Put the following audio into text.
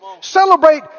Celebrate